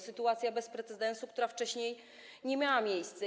Sytuacja bez precedensu, jaka wcześniej nie miała miejsca.